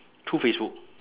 through facebook